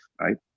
right